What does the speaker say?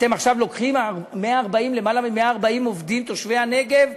אתם עכשיו לוקחים למעלה מ-140 עובדים תושבי הנגב,